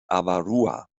avarua